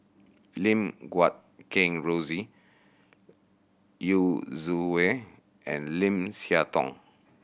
Lim Guat Kheng Rosie Yu Zhuye and Lim Siah Tong